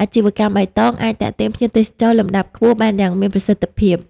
អាជីវកម្មបៃតងអាចទាក់ទាញភ្ញៀវទេសចរលំដាប់ខ្ពស់បានយ៉ាងមានប្រសិទ្ធភាព។